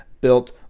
Built